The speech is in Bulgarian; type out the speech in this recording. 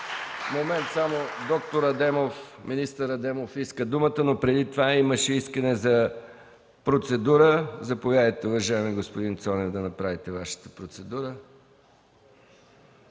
господин Горанов. Министър Адемов иска думата, но преди това имаше искане за процедура. Заповядайте, уважаеми господин Цонев, да направите Вашата процедура.